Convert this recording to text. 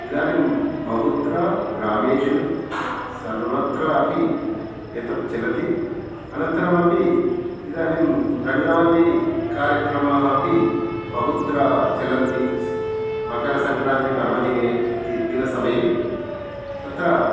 इदानीं बहुत्र ग्रामेषु सर्वत्रापि एतत् चलति अनन्तरमपि इदानीं रङ्गवल्ली कार्यक्रमाः अपि बहुत्र चलन्ति मकरसङ्क्रान्तिपर्वदिने दि दिनसमये तत्र